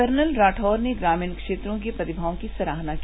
colonel Rathore ने ग्रामीण क्षेत्रों की प्रतिमाओं की सराहना की